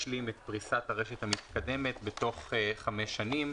להשלים את פריסת הרשת המתקדמת בתוך חמש שנים.